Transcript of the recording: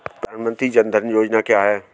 प्रधानमंत्री जन धन योजना क्या है?